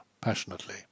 passionately